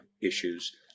issues